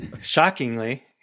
Shockingly